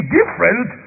different